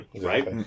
right